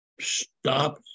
stop